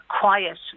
quiet